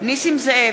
נסים זאב,